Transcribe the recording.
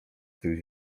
tych